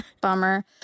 bummer